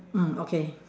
mm okay